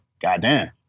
goddamn